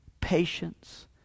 patience